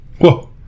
Whoa